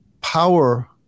power